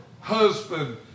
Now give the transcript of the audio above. husband